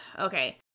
Okay